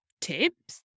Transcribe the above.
tips